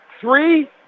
Three